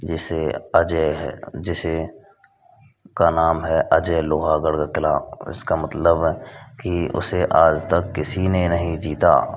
जिसे अजेय है जिसे का नाम है अजेय लोहागढ़ का किला जिसका मतलब है कि उसे आज तक किसी ने नहीं जीता